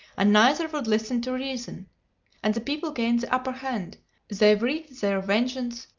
and neither would listen to reason and the people gained the upper hand they wreaked their vengeance,